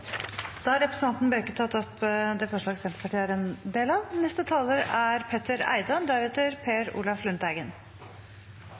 tatt opp det forslaget Senterpartiet er en del av. Dette forslaget, som er